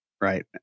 Right